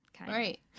right